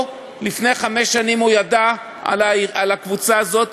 או לפני חמש שנים הוא ידע על הקבוצה הזאת,